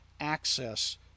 access